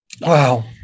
Wow